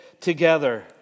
together